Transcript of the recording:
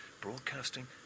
Broadcasting